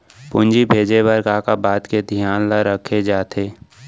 पूंजी भेजे बर का का बात के धियान ल रखे जाथे?